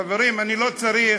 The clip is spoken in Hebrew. חברים, אני לא צריך